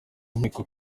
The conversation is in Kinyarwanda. nkiko